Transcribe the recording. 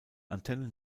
antenne